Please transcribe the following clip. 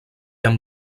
amb